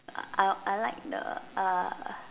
I I like the uh